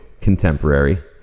contemporary